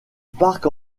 parc